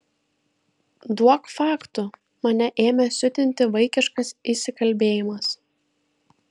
duok faktų mane ėmė siutinti vaikiškas įsikalbėjimas